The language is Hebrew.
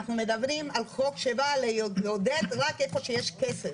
אנחנו מדברים על חוק שבא לעודד רק איפה שיש כסף.